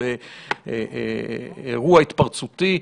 היא באירוע התפרצותי,